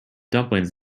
dumplings